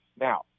now